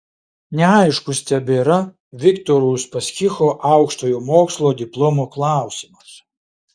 neaiškus tebėra viktoro uspaskicho aukštojo mokslo diplomo klausimas